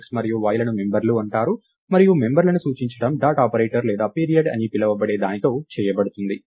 x మరియు y లను మెంబర్లు అంటారు మరియు మెంబర్లను సూచించడం డాట్ ఆపరేటర్ లేదా పీరియడ్ అని పిలవబడే దానితో చేయబడుతుంది